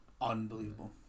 unbelievable